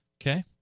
Okay